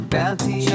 Bounty